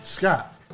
Scott